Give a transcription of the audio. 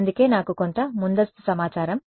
అందుకే నాకు కొంత ముందస్తు సమాచారం కావాలి